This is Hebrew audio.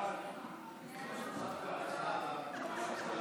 בעד, 59, 21 נגד,